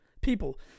People